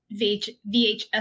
VHS